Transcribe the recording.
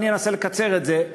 אבל אני אנסה לקצר את זה,